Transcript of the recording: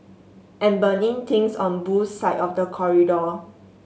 and burning things on Boo's side of the corridor